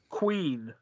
queen